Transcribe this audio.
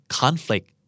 conflict